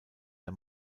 der